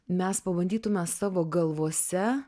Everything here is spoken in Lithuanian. mes pabandytume savo galvose